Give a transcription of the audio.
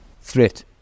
threat